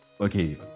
okay